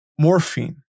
morphine